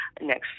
next